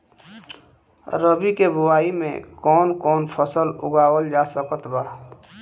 रबी के बोआई मे कौन कौन फसल उगावल जा सकत बा?